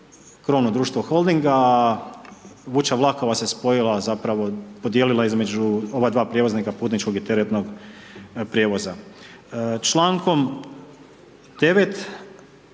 krovno društvo Holdinga, a Vuča vlakova se spojila zapravo podijelila između ova dva prijevoznika, putničkog i teretnog prijevoza. Člankom 9.